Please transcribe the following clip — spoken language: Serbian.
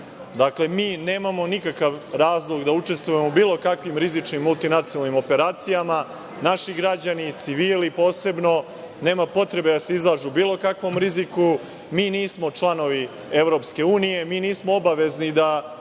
područja. Mi nemamo nikakav razlog da učestvujemo u bilo kakvim rizičnim multinacionalnim operacijama. Naši građani i civili posebno nemaju potrebe da se izlažu bilo kakvom riziku. Mi nismo članica EU. Mi nismo u obavezi da